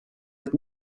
with